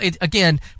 again